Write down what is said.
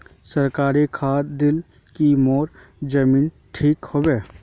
सरकारी खाद दिल की मोर जमीन ठीक होबे?